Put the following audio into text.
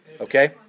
Okay